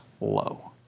low